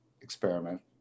experiment